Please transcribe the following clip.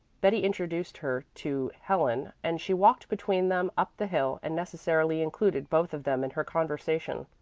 betty introduced her to helen and she walked between them up the hill and necessarily included both of them in her conversation.